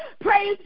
praise